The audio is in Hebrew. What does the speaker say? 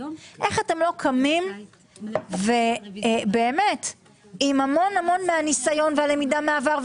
איך אתם לא קמים עם המון מהניסיון והלמידה מהעבר,